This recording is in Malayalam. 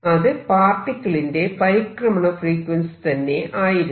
അത് പാർട്ടിക്കിളിന്റെ പരിക്രമണ ഫ്രീക്വൻസി തന്നെ ആയിരുന്നു